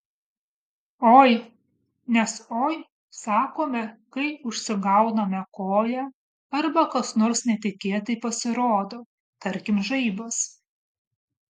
oi nes oi sakome kai užsigauname koją arba kas nors netikėtai pasirodo tarkim žaibas